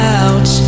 out